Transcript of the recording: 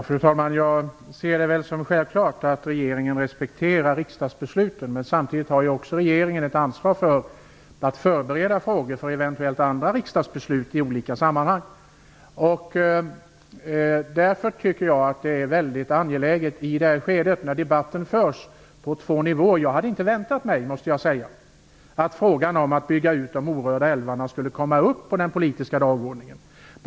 Fru talman! Jag ser det som självklart att regeringen respekterar riksdagsbesluten. Samtidigt har regeringen ett ansvar för att förbereda eventuellt andra riksdagsbeslut i olika sammanhang. Jag måste säga att jag inte hade väntat mig att frågan om att bygga ut de orörda älvarna skulle komma upp på den politiska dagordningen.